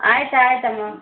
ಆಯ್ತು ಆಯಿತಮ್ಮ